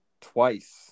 twice